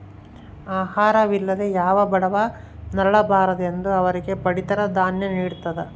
ಆಹಾರ ವಿಲ್ಲದೆ ಯಾವ ಬಡವ ನರಳ ಬಾರದೆಂದು ಅವರಿಗೆ ಪಡಿತರ ದಾನ್ಯ ನಿಡ್ತದ